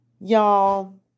y'all